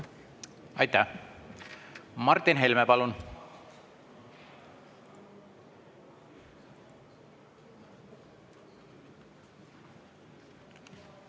Aitäh! Martin Helme, palun! Aitäh! Martin Helme, palun!